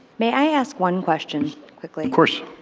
may i ask one question quickly? of course.